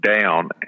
down